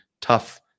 tough